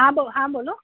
હા બો હા બોલો